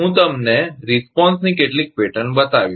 હું તમને પ્રતિભાવરિસ્પોંસની કેટલીક પેટર્ન બતાવીશ